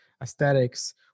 aesthetics